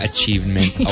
Achievement